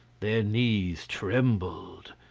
their knees trembled,